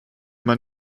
man